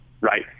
right